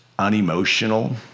Unemotional